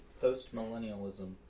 Post-millennialism